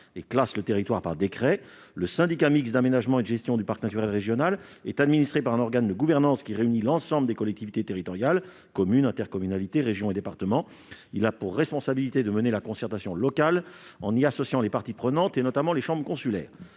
et classe le territoire par décret. Le syndicat mixte d'aménagement et de gestion du parc naturel régional est administré par un organe de gouvernance réunissant l'ensemble des collectivités territoriales : communes, intercommunalités, régions et départements. Il a pour responsabilité de mener la concertation locale en y associant les parties prenantes, notamment les chambres consulaires.